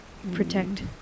Protect